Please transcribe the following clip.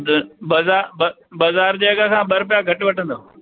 बज़ार बज़ार जे अघु खां ॿ रुपिया घटि वठंदव